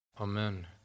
Amen